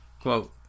quote